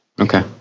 Okay